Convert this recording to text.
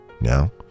Now